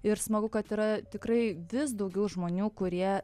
ir smagu kad yra tikrai vis daugiau žmonių kurie